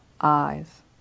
eyes